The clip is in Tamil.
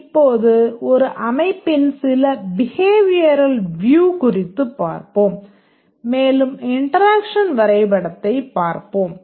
இப்போது ஒரு அமைப்பின் சில behavioral view குறித்துப் பார்ப்போம் மேலும் இன்டெராக்ஷன் வரைபடத்தைப் பார்ப்போம்